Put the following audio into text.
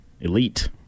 elite